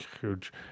huge